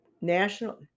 National